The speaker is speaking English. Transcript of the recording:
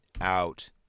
out